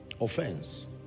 Offense